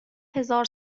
هزار